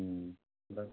ওলাবা